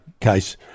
case